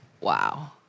Wow